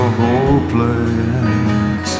hopeless